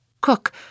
Cook